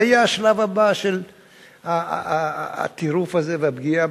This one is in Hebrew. זה יהיה השלב הבא של הטירוף הזה והפגיעה